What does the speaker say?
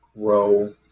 grow